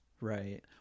right